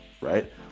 right